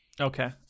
okay